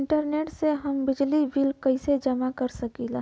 Internet से हम बिजली बिल कइसे जमा कर सकी ला?